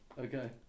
okay